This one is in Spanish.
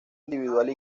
individual